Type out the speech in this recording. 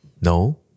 no